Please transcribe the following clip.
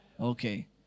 Okay